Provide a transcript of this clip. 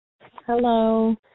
Hello